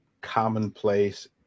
commonplace